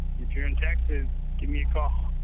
if you're in texas, give me a call.